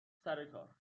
سرکار